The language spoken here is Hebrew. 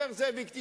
אומר: זאביק,